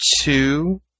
two